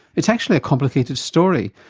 it's actually complicated story,